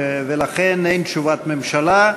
ולכן אין תשובת הממשלה.